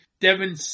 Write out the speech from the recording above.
Devin